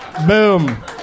Boom